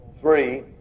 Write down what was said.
Three